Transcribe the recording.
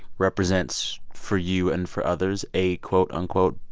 represents for you and for others a, quote, unquote,